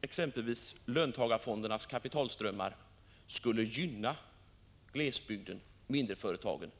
exempelvis löntagarfondernas kapitalströmmar skulle gynna glesbygden och de mindre företagen.